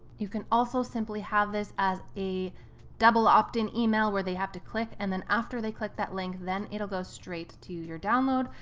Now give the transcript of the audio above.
you can also simply have this as a double opt in email where they have to click and then after they click that link, then it'll go straight to your download.